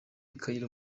cairo